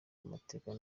amateka